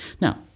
Now